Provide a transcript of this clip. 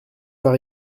par